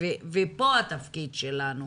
פה התפקיד שלנו.